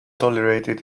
tolerated